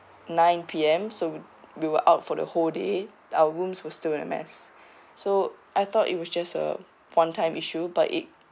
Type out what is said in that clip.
nine P_M so we we were out for the whole day our rooms were still in a mess so I thought it was just a one-time issue but it